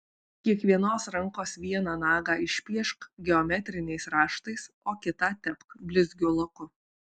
kiekvienos rankos vieną nagą išpiešk geometriniais raštais o kitą tepk blizgiu laku